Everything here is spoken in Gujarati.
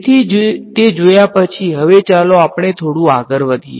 તેથી તે જોયા પછી હવે ચાલો આપણે થોડું આગળ વધીએ